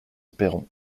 perron